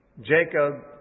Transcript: Jacob